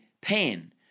pain